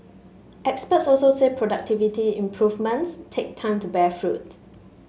experts also say productivity improvements take time to bear fruit